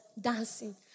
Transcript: Dancing